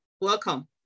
welcome